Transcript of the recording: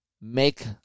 make